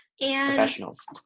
Professionals